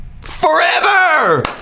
Forever